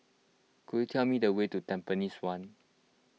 could you tell me the way to Tampines one